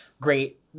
great